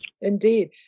Indeed